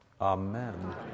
amen